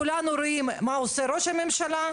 חבר'ה,